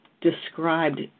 described